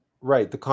Right